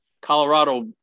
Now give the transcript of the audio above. Colorado